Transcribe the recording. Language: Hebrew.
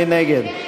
מי נגד?